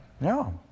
no